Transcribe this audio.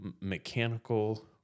mechanical